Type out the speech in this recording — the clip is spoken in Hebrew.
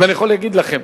ואני יכול להגיד לכם